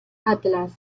atlas